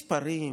מספרים,